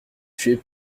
tués